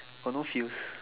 got no feels